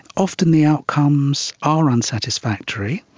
often the outcomes are unsatisfactory.